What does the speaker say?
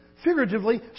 figuratively